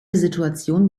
situation